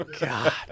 God